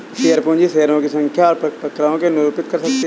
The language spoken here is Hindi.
शेयर पूंजी शेयरों की संख्या और प्रकारों को भी निरूपित कर सकती है